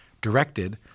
directed